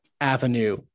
avenue